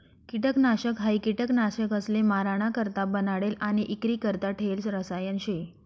किटकनाशक हायी किटकसले माराणा करता बनाडेल आणि इक्रीकरता ठेयेल रसायन शे